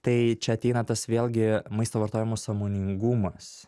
tai čia ateina tas vėlgi maisto vartojimo sąmoningumas